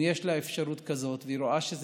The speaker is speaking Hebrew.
אם יש לה אפשרות כזאת והיא רואה שזה